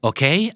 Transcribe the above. Okay